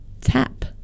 Tap